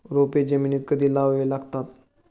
रोपे जमिनीत कधी लावावी लागतात?